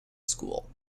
school